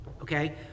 Okay